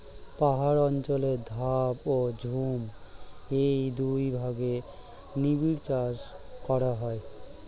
পাহাড় অঞ্চলে ধাপ ও ঝুম এই দুই ভাগে নিবিড় চাষ করা হয়